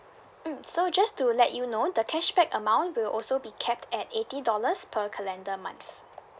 mm so just to let you know the cashback amount will also be capped at eighty dollars per calendar month